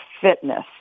fitness